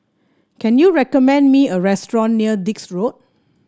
can you recommend me a restaurant near Dix Road